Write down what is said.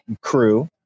crew